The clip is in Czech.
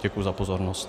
Děkuji za pozornost.